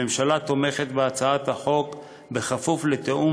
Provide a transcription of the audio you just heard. הממשלה תומכת בהצעת החוק בכפוף לתיאום